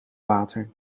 water